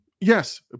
yes